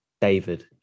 David